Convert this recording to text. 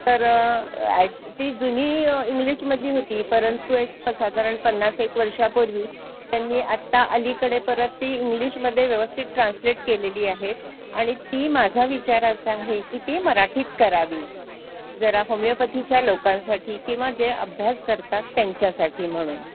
तर ॲक ती जुनी इंग्लिशमध्ये होती परंतु एक साधारण पन्नास एक वर्षापूर्वी त्यांनी आत्ता अलीकडे परत ती इंग्लिशमध्ये व्यवस्थित ट्रान्सलेट केलेली आहेत आणि ती माझा विचार असा आहे की ती मराठीत करावी जरा होमिओपथीच्या लोकांसाठी किंवा जे अभ्यास करतात त्यांच्यासाठी म्हणून